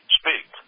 speak